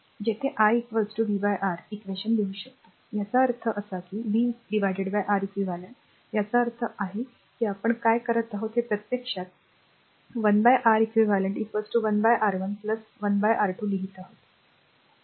जेथे i आपण v R eq लिहू शकतो याचा अर्थ असा की v R eq याचा अर्थ असा आहे की आपण काय करत आहोत हे आम्ही प्रत्यक्षात 1 आर eq 1 आर 1 1 आर 2 लिहित आहोत